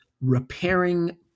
repairing